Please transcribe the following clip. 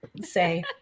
say